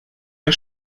der